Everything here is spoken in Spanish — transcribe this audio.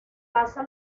pasa